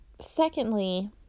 Secondly